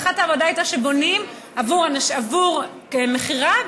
הנחת העבודה הייתה שבונים עבור מכירה,